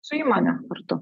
su įmone kartu